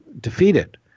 defeated